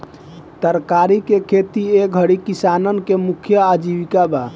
तरकारी के खेती ए घरी किसानन के मुख्य आजीविका बा